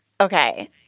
okay